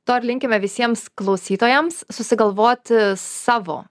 to ir linkime visiems klausytojams susigalvoti savo